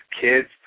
kids